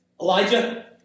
Elijah